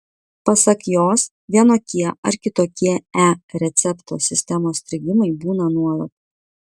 pasak jos vienokie ar kitokie e recepto sistemos strigimai būna nuolat